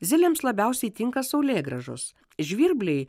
zylėms labiausiai tinka saulėgrąžos žvirbliai